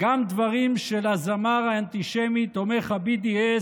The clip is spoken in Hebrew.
גם דברים של הזמר האנטישמי תומך ה-BDS